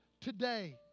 today